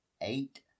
Eight